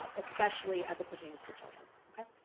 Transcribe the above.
ah especially as it pertains to children. okay?